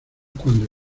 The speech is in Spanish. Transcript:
cuando